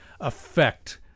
affect